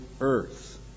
earth